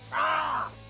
ah!